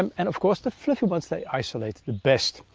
um and of course, the fluffy ones, they isolate the best.